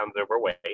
overweight